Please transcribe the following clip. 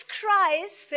Christ